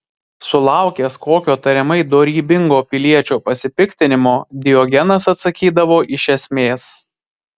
sulaukęs kokio tariamai dorybingo piliečio pasipiktinimo diogenas atsakydavo iš esmės